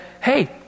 hey